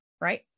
right